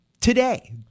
today